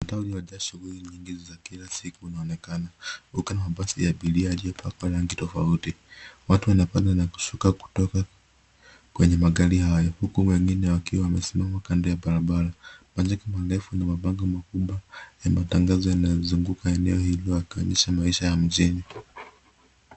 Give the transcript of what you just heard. Mtaa uliojaa shughuli nyingi za kila siku unaonekana. Kuna mabasi ya abiria yaliyopakwa rangi tofauti. Watu wanapanda na kushuka kutoka kwenye magari hayo huku wengine wakiwa wamesimama kando ya barabara. Majengo marefu na mabango makubwa ya matangazo yanazunguka eneo hilo na kuonyesha maisha ya mjini.